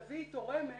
תביאי תורמת,